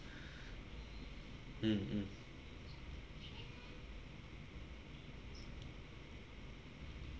mm mm